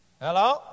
Hello